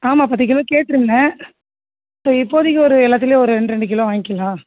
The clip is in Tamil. ஆமாம் பத்து கிலோ கேட்டுருந்தேன் இப்போ இப்போதிக்கு ஒரு எல்லாத்துலையும் ஒரு ரெண்டு ரெண்டு கிலோ வாங்க்கலாம்